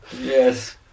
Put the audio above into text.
Yes